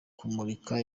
kumurika